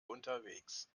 unterwegs